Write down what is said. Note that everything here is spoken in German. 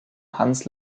hans